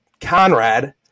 Conrad